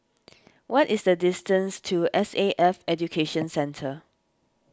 what is the distance to S A F Education Centre